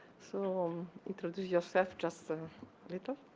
so introduce yourself just a little.